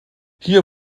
hier